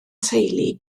teulu